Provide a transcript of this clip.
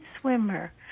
swimmer